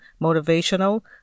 motivational